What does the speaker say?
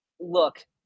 look